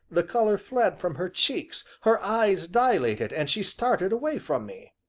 the color fled from her cheeks, her eyes dilated, and she started away from me.